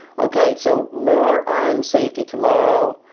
okay, so more on safety tomorrow.